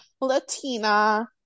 Latina